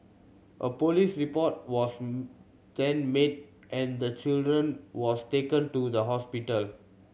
a police report was then made and the children was taken to the hospital